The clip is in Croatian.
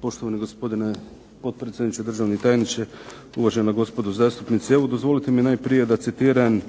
Poštovani gospodine potpredsjedniče, državni tajniče, uvažena gospodo zastupnici. Evo dozvolite mi najprije da citiram